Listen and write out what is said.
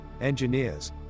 engineers